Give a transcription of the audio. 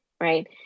right